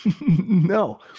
no